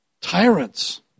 Tyrants